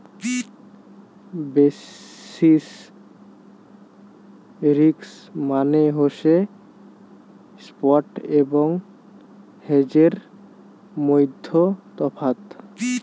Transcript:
basis risk মানে হসে spot এবং হেজের মইধ্যে তফাৎ